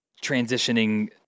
transitioning